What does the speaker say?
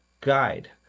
guide